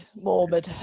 morbid.